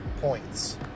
points